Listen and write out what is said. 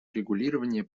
урегулирования